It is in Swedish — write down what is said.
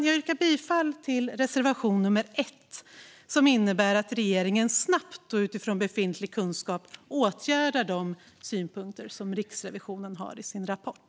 Jag yrkar bifall till reservation nummer 1, som innebär att regeringen snabbt och utifrån befintlig kunskap ska åtgärda det som Riksrevisionen har synpunkter på i sin rapport.